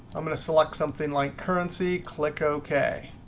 i'm going to select something like currency, click ok.